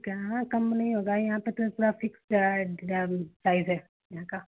कहाँ कम नहीं होगा यहाँ तक पूरा फ़िक्स एकदम प्राइस है यहाँ का